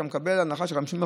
אתה מקבל הנחה של 50%,